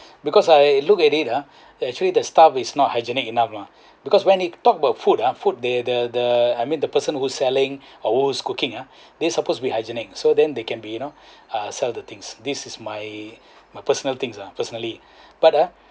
because I look at it ah there actually the staff is not hygienic enough lah because when it talk about food ah food there the the I mean the person whose selling or whose cooking ah they supposed be hygienic so then they can be you know uh sell the things this is my my personal thinks ah personally but uh